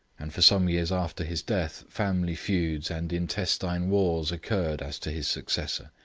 and for some years after his death family feuds and intestine wars occurred as to his successor,